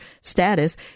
status